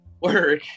work